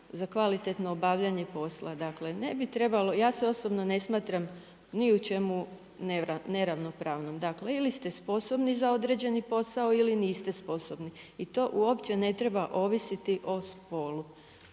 za kvalitetno obavljanje posla? Dakle, ne bi trebalo, ja se osobno ne smatram ni u čemu neravnopravnom, ili ste sposobni za određeni posao ili niste sposobni. I to uopće ne treba ovisiti o spolu.